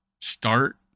start